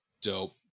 dope